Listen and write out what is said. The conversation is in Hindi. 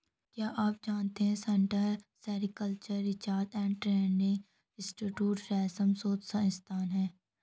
क्या आप जानते है central sericultural research and training institute रेशम शोध संस्थान है?